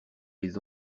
les